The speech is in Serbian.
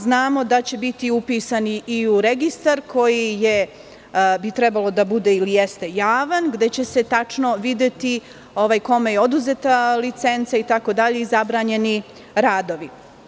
Znamo da će biti upisani i u registar koji bi trebalo da bude ili jeste javan, a gde će se tačno videti kome je oduzeta licenca i zabranjeni radovi.